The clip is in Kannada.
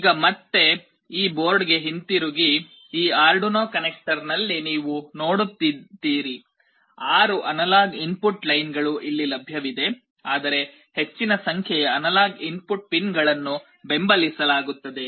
ಈಗ ಮತ್ತೆ ಈ ಬೋರ್ಡ್ಗೆ ಹಿಂತಿರುಗಿ ಈ ಆರ್ಡುನೊ ಕನೆಕ್ಟರ್ನಲ್ಲಿ ನೀವು ನೋಡುತ್ತೀರಿ ಆರು ಅನಲಾಗ್ ಇನ್ಪುಟ್ ಲೈನ್ಗಳು ಇಲ್ಲಿ ಲಭ್ಯವಿದೆ ಆದರೆ ಹೆಚ್ಚಿನ ಸಂಖ್ಯೆಯ ಅನಲಾಗ್ ಇನ್ಪುಟ್ ಪಿನ್ಗಳನ್ನು ಬೆಂಬಲಿಸಲಾಗುತ್ತದೆ